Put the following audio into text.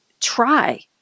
try